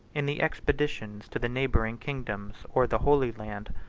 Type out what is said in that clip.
in the expeditions to the neighboring kingdoms or the holy land,